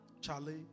Charlie